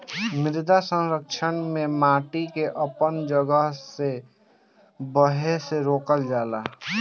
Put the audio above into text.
मृदा संरक्षण में माटी के अपन जगह से बहे से रोकल जाला